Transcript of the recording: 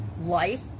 life